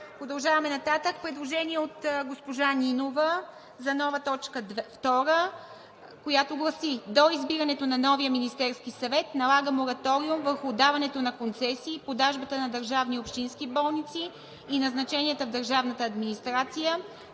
Продължаваме нататък. Предложение от госпожа Нинова за нова точка втора, която гласи: „До избирането на новия Министерски съвет се налага мораториум върху отдаването на концесии, продажбата на държавни и общински болници и назначенията в държавната администрация,